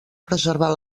preservar